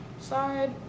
side